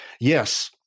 Yes